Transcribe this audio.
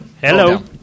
Hello